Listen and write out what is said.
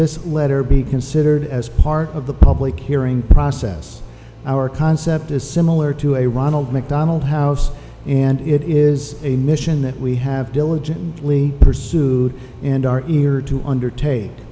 this letter be considered as part of the public hearing process our concept is similar to a ronald mcdonald house and it is a mission that we have diligently pursued and are easier to undertake